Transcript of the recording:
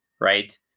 right